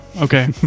Okay